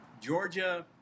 Georgia